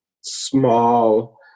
small